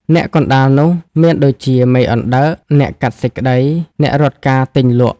អ្នកកណ្ដាលនោះមានដូចជា មេអណ្ដើក អ្នកកាត់សេចក្ដី អ្នករត់ការទិញលក់ ។